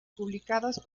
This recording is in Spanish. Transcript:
publicadas